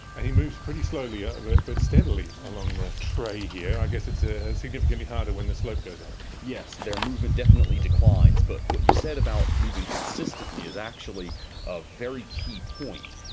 he moves pretty slowly ah but steadily along the tray here. i guess it's ah significantly harder when the slope goes up. yes, their movement definitely declines. but what you said about moving consistently is actually a very key point,